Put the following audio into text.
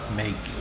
make